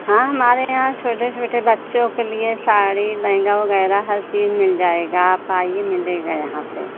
हाँ हमारे यहाँ छोटे छोटे बच्चों के लिए साड़ी लहँगा वग़ैरह हर चीज़ मिल जाएगी आप आइए मिलेगी यहाँ पर